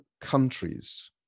countries